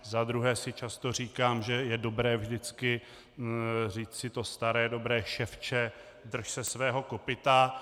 Za druhé si často říkám, že je dobré vždycky říci to staré dobré ševče, drž se svého kopyta.